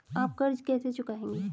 आप कर्ज कैसे चुकाएंगे?